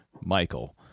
Michael